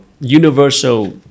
universal